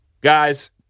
Guys